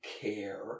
care